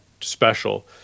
special